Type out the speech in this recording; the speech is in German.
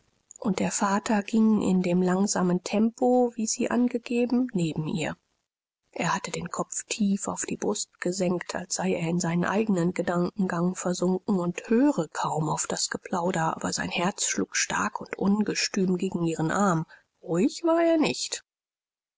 und der vater ging in dem langsamen tempo wie sie angegeben neben ihr er hatte den kopf tief auf die brust gesenkt als sei er in seinen eigenen gedankengang versunken und höre kaum auf das geplauder aber sein herz schlug stark und ungestüm gegen ihren arm ruhig war er nicht